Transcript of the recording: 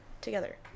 Together